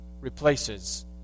replaces